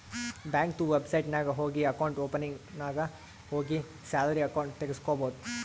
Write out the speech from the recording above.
ಬ್ಯಾಂಕ್ದು ವೆಬ್ಸೈಟ್ ನಾಗ್ ಹೋಗಿ ಅಕೌಂಟ್ ಓಪನಿಂಗ್ ನಾಗ್ ಹೋಗಿ ಸ್ಯಾಲರಿ ಅಕೌಂಟ್ ತೆಗುಸ್ಕೊಬೋದು